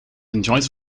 enjoys